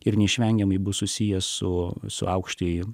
ir neišvengiamai bus susiję su su aukštąjį